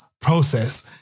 process